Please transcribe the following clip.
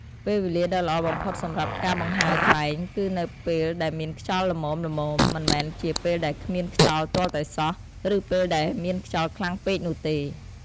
ពេលវេលាដ៏ល្អបំផុតសម្រាប់ការបង្ហើរខ្លែង គឺនៅពេលដែលមានខ្យល់ល្មមៗ មិនមែនជាពេលដែលគ្មានខ្យល់ទាល់តែសោះ ឬពេលដែលមានខ្យល់ខ្លាំងពេកនោះទេ។